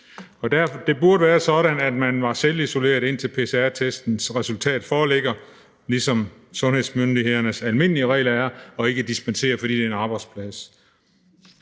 Det burde være sådan, at man var selvisoleret, indtil pcr-testens resultat foreligger, ligesom sundhedsmyndighedernes almindelige regler er, og ikke dispensere, fordi det er en arbejdsplads.